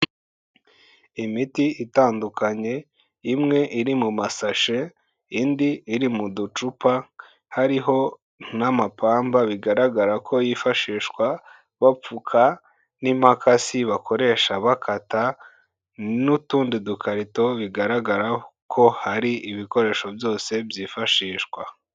Imiti itandukanye imwe iri mu masashe, indi iri mu ducupa, hariho n'amapamba bigaragara ko yifashishwa bapfuka n'impakasi bakoresha bakata n'utundi dukarito, bigaragara ko hari ibikoresho byose byifashishwa.